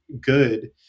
good